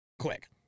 quick